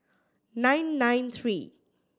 nine nine three